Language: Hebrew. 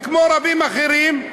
כמו רבים אחרים,